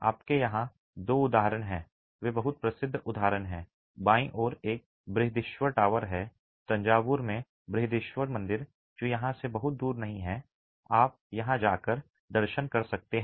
आपके यहां दो उदाहरण हैं वे बहुत प्रसिद्ध उदाहरण हैं बाईं ओर एक बृहदिश्वर टॉवर है तंजावुर में बृहदिश्वर मंदिर जो यहाँ से बहुत दूर नहीं है आप यहाँ जा कर दर्शन कर सकते हैं